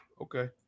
Okay